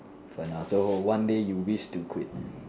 do for now so one day you wish to quit